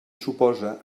suposa